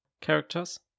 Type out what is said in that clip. characters